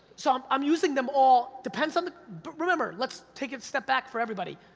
so i'm i'm using them all, depends on the, but remember, let's take it step back for everybody,